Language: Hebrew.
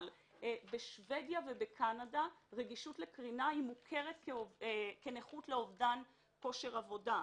בשוודיה ובקנדה למשל רגישות לקרינה מוכרת כנכות לאובדן כושר עבודה.